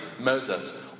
Moses